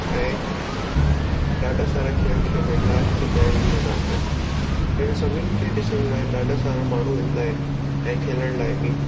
ऐं ॾाढा सारा खेल खेलण लाइ थींदा आहिनि मैदान में हिन सभिनि खे ॾिसण लाइ ॾाढा सारा माण्हू ईंदा आहिनि ऐं खेलण लाइ बि